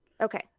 Okay